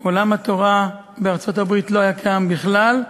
עולם התורה בארצות-הברית לא היה קיים בכלל,